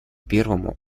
первому